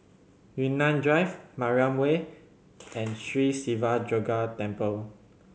Yunnan Drive Mariam Way and Sri Siva Durga Temple